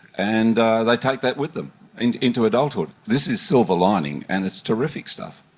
and they take that with them and into adulthood. this is silver lining, and it's terrific stuff.